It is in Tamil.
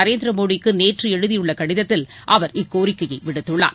நரேந்திர மோடிக்கு நேற்று எழுதியுள்ள கடிதத்தில் அவர் இக்கோரிக்கையை விடுத்துள்ளார்